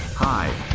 Hi